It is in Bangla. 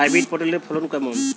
হাইব্রিড পটলের ফলন কেমন?